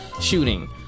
shooting